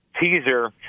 teaser